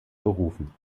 berufen